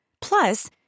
Plus